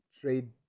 trade